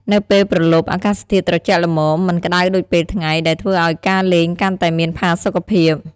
នៅពេលព្រលប់ អាកាសធាតុត្រជាក់ល្មម មិនក្តៅដូចពេលថ្ងៃ ដែលធ្វើឱ្យការលេងកាន់តែមានផាសុកភាព ។